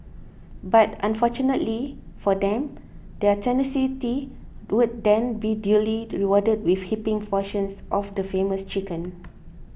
but fortunately for them their tenacity would then be duly rewarded with heaping portions of the famous chicken